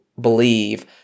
believe